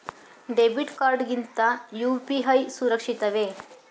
Debit card ಗಿಂತ UPI ಸುರಕ್ಷಿತವೇ?